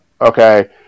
Okay